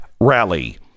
rally